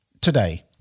Today